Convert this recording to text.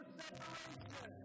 separation